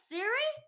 Siri